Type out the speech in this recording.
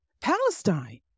Palestine